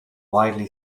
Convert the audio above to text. widely